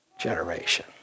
generation